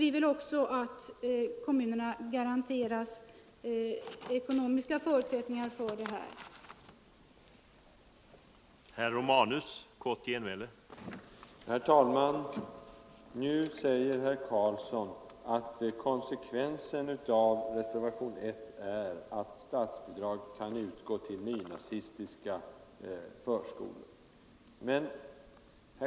Vi vill också att kommunerna garanteras ekonomiska förutsättningar för den här utbyggnaden.